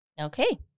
Okay